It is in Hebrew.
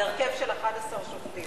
בהרכב של 11 שופטים.